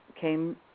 came